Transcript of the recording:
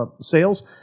sales